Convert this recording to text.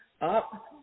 up